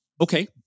Okay